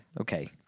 Okay